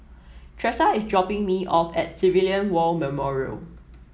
Tressa is dropping me off at Civilian War Memorial